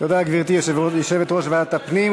תודה, גברתי, יושבת-ראש ועדת הפנים.